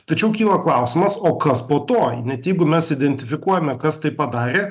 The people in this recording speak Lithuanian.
tačiau kyla klausimas o kas po to net jeigu mes identifikuojame kas tai padarė